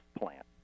plant